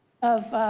of